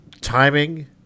timing